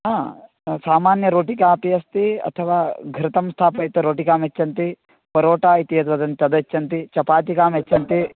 आं सामान्यरोटिकापि अस्ति अथवा घृतं स्थापयित्वा रोटिकां यच्छन्ति परोटा इति यद् वदन्ति तद् यच्छन्ति चपातिकां यच्च्छन्ति